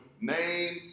name